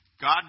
God